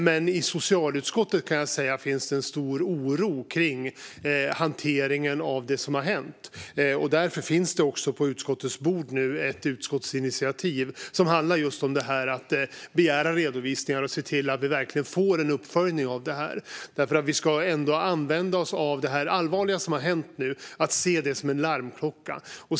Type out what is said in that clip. Men jag kan säga att det i socialutskottet finns en stor oro för hanteringen av det som har hänt. Därför finns också på utskottets bord nu ett utskottsinitiativ som handlar just om det här. Det handlar om att begära redovisningar och att se till att vi verkligen får en uppföljning. Vi ska använda oss av det allvarliga som nu har hänt och se det som en larmklocka.